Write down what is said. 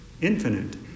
infinite